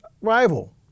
rival